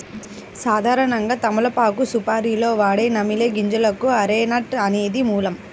సాధారణంగా తమలపాకు సుపారీలో వాడే నమిలే గింజలకు అరెక నట్ అనేది మూలం